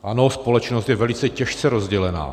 Ano, společnost je velice těžce rozdělená.